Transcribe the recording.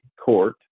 court